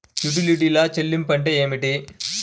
యుటిలిటీల చెల్లింపు అంటే ఏమిటి?